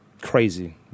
crazy